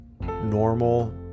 normal